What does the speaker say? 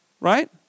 right